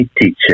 teacher